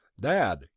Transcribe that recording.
Dad